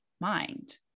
mind